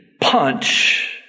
punch